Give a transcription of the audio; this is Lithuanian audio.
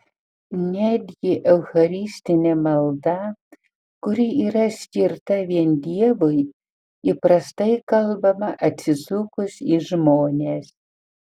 netgi eucharistinė malda kuri yra skirta vien dievui įprastai kalbama atsisukus į žmones